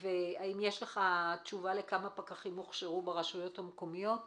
האם יש לך תשובה לכמה פקחים הוכשרו ברשויות המקומיות?